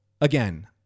again